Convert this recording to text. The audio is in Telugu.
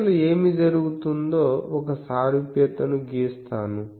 అసలు ఏమి జరుగుతుందో ఒక సారూప్యతను గీస్తాను